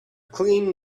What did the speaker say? clean